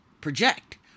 Project